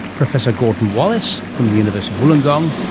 professor gordon wallace from the university of wollongong,